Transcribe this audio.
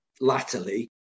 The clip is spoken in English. latterly